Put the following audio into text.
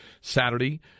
Saturday